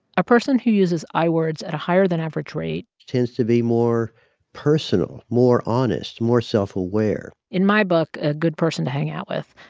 a person who uses i words at a higher than average rate. tends to be more personal, more honest, more self-aware in my book, a good person to hang out with.